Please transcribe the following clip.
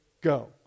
Go